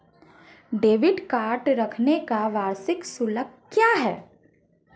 Debit card रखने का वार्षिक शुल्क क्या है?